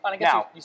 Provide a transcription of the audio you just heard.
Now